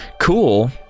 cool